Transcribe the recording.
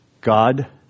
God